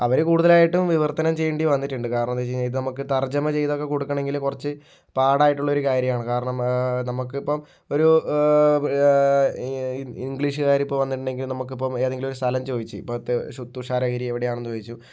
അവർ കൂടുതലായിട്ടും വിവർത്തനം ചെയ്യേണ്ടി വന്നിട്ടുണ്ട് കാരണം എന്ന് വെച്ച് കഴിഞ്ഞാൽ നമുക്ക് തർജ്ജിമ ചെയ്ത ഒക്കെ കൊടുക്കണമെങ്കിൽ കുറച്ച് പാടായിട്ടുള്ളൊരു കാര്യമാണ് കാരണം നമുക്കിപ്പം ഒരു ഇംഗ്ലീഷുകാർ ഇപ്പോൾ വന്നിട്ടുണ്ടെങ്കിൽ നമുക്ക് ഇപ്പോൾ എന്തെങ്കിലും സ്ഥലം ചോദിച്ച് ഇപ്പോൾ തുഷാരഗിരി എവിടെയാണ് എന്ന് ചോദിച്ചു